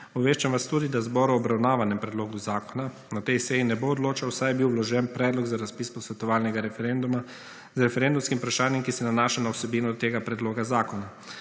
Obveščam vas tudi, da zbor o obravnavanem predlogu zakona na tej seji ne bo odločal saj je bil vložen predlog za razpis posvetovalnega referenduma z referendumskim vprašanjem, ki se nanaša na vsebino tega predloga zakona.